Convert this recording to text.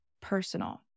personal